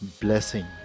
blessing